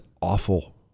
awful